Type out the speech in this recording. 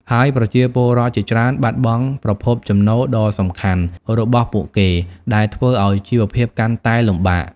ហើយប្រជាពលរដ្ឋជាច្រើនបាត់បង់ប្រភពចំណូលដ៏សំខាន់របស់ពួកគេ ដែលធ្វើឱ្យជីវភាពកាន់តែលំបាក។